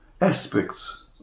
aspects